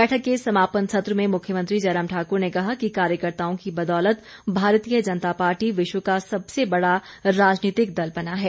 बैठक के समापन सत्र में मुख्यमंत्री जयराम ठाकुर ने कहा कि कार्यकर्ताओं की बदौलत भारतीय जनता पार्टी विश्व का सबसे बड़ा राजनीतिक दल बना है